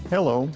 Hello